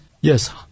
yes